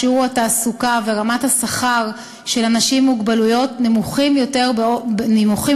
שיעור התעסוקה ורמת השכר של אנשים עם מוגבלויות נמוכים יותר